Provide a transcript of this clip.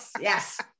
yes